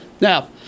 Now